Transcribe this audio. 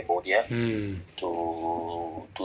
mm